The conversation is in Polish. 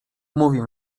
mówię